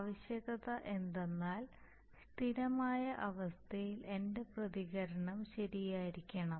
ആവശ്യകത എന്തെന്നാൽ സ്ഥിരമായ അവസ്ഥയിൽ എന്റെ പ്രതികരണം ശരിയായിരിക്കണം